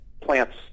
plants